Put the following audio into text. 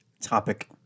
topic